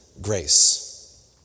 grace